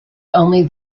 only